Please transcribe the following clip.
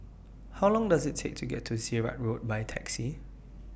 How Long Does IT Take to get to Sirat Road By Taxi